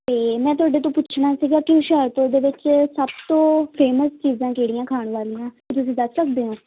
ਅਤੇ ਮੈਂ ਤੁਹਾਡੇ ਤੋਂ ਪੁੱਛਣਾ ਸੀਗਾ ਕਿ ਹੁਸ਼ਿਆਰਪੁਰ ਦੇ ਵਿੱਚ ਸਭ ਤੋਂ ਫੇਮਸ ਚੀਜ਼ਾਂ ਕਿਹੜੀਆਂ ਖਾਣ ਵਾਲੀਆਂ ਇਹ ਤੁਸੀਂ ਦੱਸ ਸਕਦੇ ਹੋ